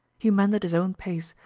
he mended his own pace,